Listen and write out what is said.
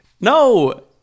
No